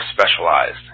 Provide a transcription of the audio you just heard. specialized